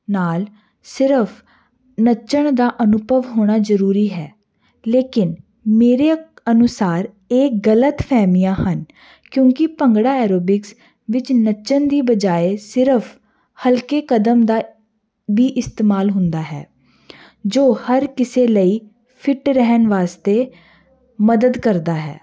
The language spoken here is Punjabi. ਨਾਲ ਸਿਰਫ ਨੱਚਣ ਦਾ ਅਨੁਭਵ ਹੋਣਾ ਜਰੂਰੀ ਹੈ ਲੇਕਿਨ ਮੇਰੇ ਅਨੁਸਾਰ ਇਹ ਗਲਤ ਫਹਿਮੀਆਂ ਹਨ ਕਿਉਂਕਿ ਭੰਗੜਾ ਐਰੋਬਿਕਸ ਵਿੱਚ ਨੱਚਣ ਦੀ ਬਜਾਏ ਸਿਰਫ ਹਲਕੇ ਕਦਮ ਦਾ ਵੀ ਇਸਤੇਮਾਲ ਹੁੰਦਾ ਹੈ ਜੋ ਹਰ ਕਿਸੇ ਲਈ ਫਿਟ ਰਹਿਣ ਵਾਸਤੇ ਮਦਦ ਕਰਦਾ ਹੈ